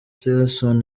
tillerson